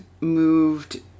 moved